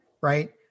right